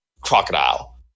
Crocodile